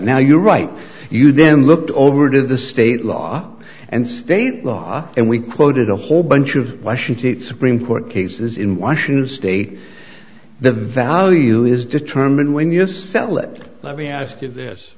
now you write you then looked over to the state law and state law and we quoted a whole bunch of washington supreme court cases in washington state the value is determined when you sell it let me ask you this